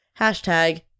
Hashtag